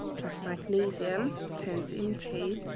plus magnesium, turns into